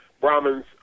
Brahmins